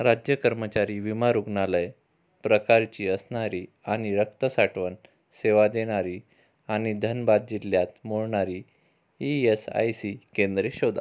राज्य कर्मचारी विमा रुग्णालय प्रकारची असणारी आणि रक्त साठवण सेवा देणारी आणि धनबाद जिल्ह्यात मोडणारी ई एस आय सी केंद्रे शोधा